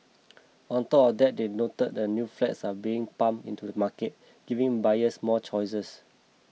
on top of that they noted that new flats are being pumped into the market giving buyers more choices